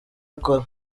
akora